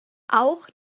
auch